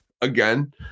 again